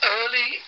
early